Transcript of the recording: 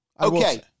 Okay